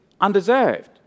undeserved